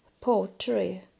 poetry